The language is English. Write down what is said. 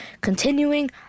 continuing